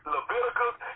Leviticus